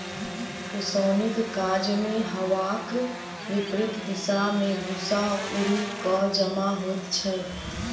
ओसौनीक काजमे हवाक विपरित दिशा मे भूस्सा उड़ि क जमा होइत छै